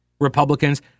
Republicans